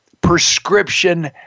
prescription